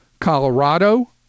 colorado